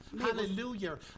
Hallelujah